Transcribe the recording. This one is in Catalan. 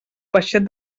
peixet